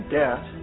debt